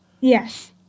Yes